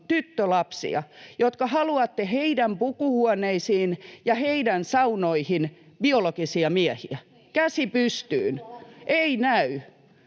tyttölapsia ja jotka haluatte heidän pukuhuoneisiinsa ja heidän saunoihinsa biologisia miehiä. Käsi pystyyn.